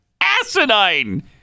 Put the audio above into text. Asinine